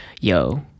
Yo